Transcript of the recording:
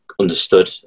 understood